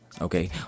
okay